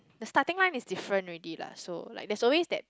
the starting one is different already lah so like there's always that